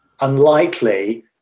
unlikely